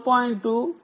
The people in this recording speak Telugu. ఇక్కడ BLE 4